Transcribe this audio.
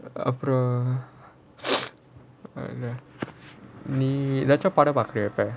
அப்புறம் நீ எதாச்சும் படம் பாக்கிறியா இப்ப:appuram nee ethachum padam paakiriyaa ippa